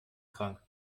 krank